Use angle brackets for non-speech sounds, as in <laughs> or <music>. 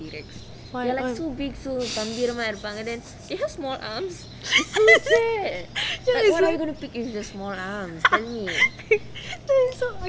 why <laughs>